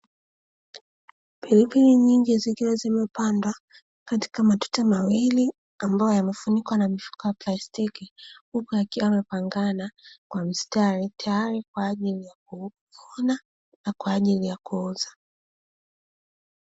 Pilipili nyingi zikiwa zimepandwa katika matuta mawili, ambayo yamefunikwa na mifuko ya plastiki, huku yakiwa yamepangana kwa mistari, tayari kwa ajili ya kuvunwa na kwa ajili ya kuuza.